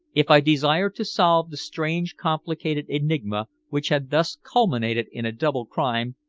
if i desired to solve the strange complicated enigma which had thus culminated in a double crime,